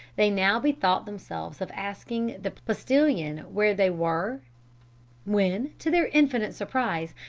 they now bethought themselves of asking the postilion where they were when, to their infinite surprise,